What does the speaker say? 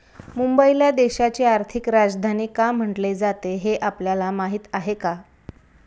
मुंबईला देशाची आर्थिक राजधानी का म्हटले जाते, हे आपल्याला माहीत आहे का?